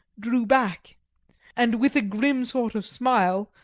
drew back and with a grim sort of smile,